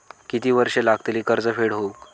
किती वर्षे लागतली कर्ज फेड होऊक?